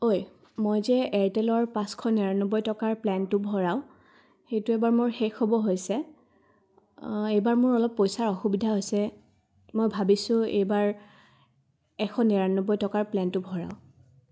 ঐ মই যে এয়াৰটেলৰ পাঁচশ নিৰান্নব্বৈ টকাৰ প্লেনটো ভৰাওঁ সেইটো এইবাৰ মোৰ শেষ হ'ব হৈছে এইবাৰ মোৰ অলপ পইচাৰ অসুবিধা হৈছে মই ভাবিছোঁ এইবাৰ এশ নিৰান্নব্বৈ টকাৰ প্লেনটো ভৰাওঁ